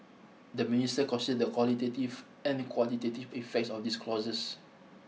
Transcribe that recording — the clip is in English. the Minister considered the qualitative and quantitative effects of these clauses